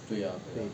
对